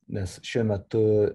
nes šiuo metu